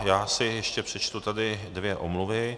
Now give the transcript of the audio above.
Asi ještě přečtu tady dvě omluvy.